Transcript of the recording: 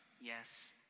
yes